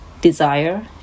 desire